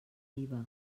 viva